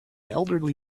elderly